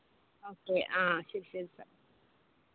okay ആ ശരി ശരി സാർ